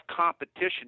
competition